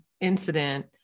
incident